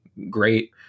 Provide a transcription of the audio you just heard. great